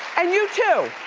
and you too,